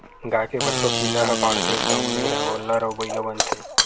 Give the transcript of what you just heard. गाय के बछवा पिला ह बाढ़थे तउने ह गोल्लर अउ बइला बनथे